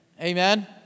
Amen